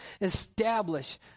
establish